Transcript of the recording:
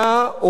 לפתחנו,